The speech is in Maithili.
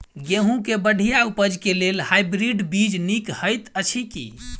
गेंहूँ केँ बढ़िया उपज केँ लेल हाइब्रिड बीज नीक हएत अछि की?